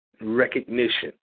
Recognition